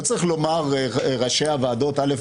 לא צריך לומר ראשי הועדות א',